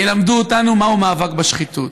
ילמדו אותנו מהו מאבק בשחיתות.